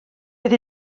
oedd